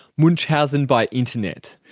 munchausen by internet.